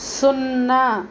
సున్నా